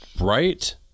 Right